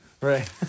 Right